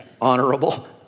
honorable